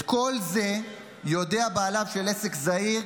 את כל זה יודע בעליו של עסק זעיר,